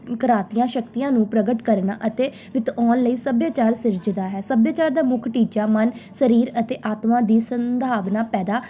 ਕਰਾਤੀਆਂ ਸ਼ਕਤੀਆਂ ਨੂੰ ਪ੍ਰਗਟ ਕਰਨਾ ਅਤੇ ਵਿਤ ਆਉਣ ਲਈ ਸੱਭਿਆਚਾਰ ਸਿਰਜਦਾ ਹੈ ਸੱਭਿਆਚਾਰ ਦਾ ਮੁੱਖ ਟੀਚਾ ਮਨ ਸਰੀਰ ਅਤੇ ਆਤਮਾ ਦੀ ਸੰਭਾਵਨਾ ਪੈਦਾ